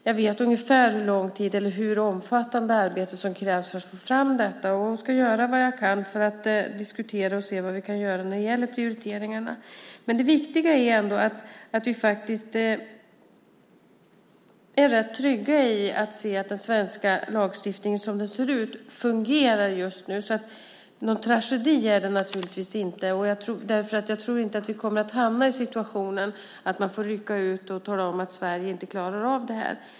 Jag vet ungefär hur lång tid och hur omfattande arbete som krävs för att få fram detta och ska göra vad jag kan när det gäller att titta på prioriteringarna. Det viktiga är ändå att vi är trygga i att den svenska lagstiftningen fungerar som den just nu ser ut. Någon tragedi är detta naturligtvis inte. Jag tror inte att vi kommer att hamna i en situation där vi får rycka ut och tala om att Sverige inte klarar av det här.